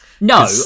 No